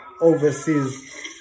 overseas